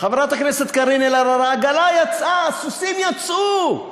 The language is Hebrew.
חברת הכנסת קארין אלהרר, העגלה יצאה, הסוסים יצאו.